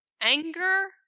anger